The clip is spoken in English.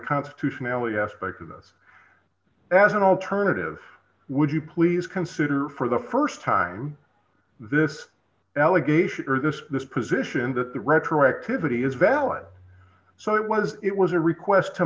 constitutionality aspect of this as an alternative would you please consider for the st time this allegation or this position that the retroactivity is valid so it was it was a request to